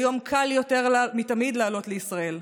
כיום קל יותר מתמיד לעלות לישראל,